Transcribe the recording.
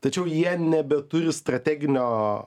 tačiau jie nebeturi strateginio